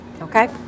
Okay